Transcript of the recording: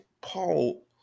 Paul